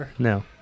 No